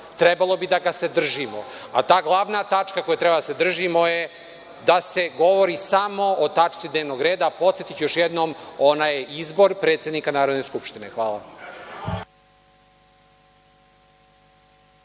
trebalo bi da ga se držimo, a ta glavna tačka koje treba da se držimo je da se govori samo o tačci dnevnog reda, a podsetiću još jednom, ona je izbor predsednika Narodne skupštine. Hvala